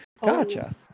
Gotcha